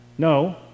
No